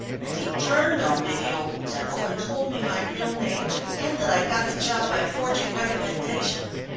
and he turned on me, the old devil, and told me my real name and that i'd got the job by forging recommendations.